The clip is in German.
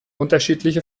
unterschiedliche